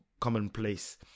commonplace